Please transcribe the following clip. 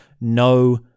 no